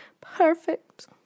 perfect